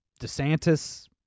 DeSantis